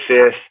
fifth